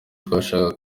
twashakaga